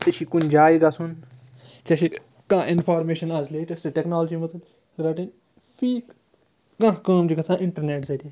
ژےٚ چھُے کُنہِ جایہِ گژھُن ژےٚ چھے کانٛہہ اِنفارمیشَن آز لیٹٮ۪سٹ ٹٮ۪کنالجی رَٹٕنۍ فیٖک کانٛہہ کٲم چھِ گَژھان اِنٹرنٮ۪ٹ ذریعہِ